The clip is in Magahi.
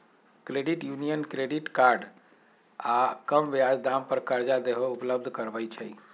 क्रेडिट यूनियन क्रेडिट कार्ड आऽ कम ब्याज दाम पर करजा देहो उपलब्ध करबइ छइ